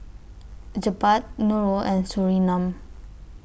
Jebat Nurul and Surinam